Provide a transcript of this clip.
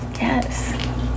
Yes